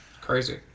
Crazy